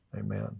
amen